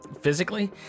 physically